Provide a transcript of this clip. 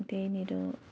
त्यहीँनेर